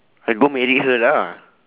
I go marry her lah